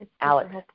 Alex